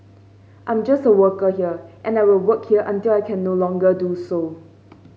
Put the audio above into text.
I'm just a worker here and I will work here until I can no longer do so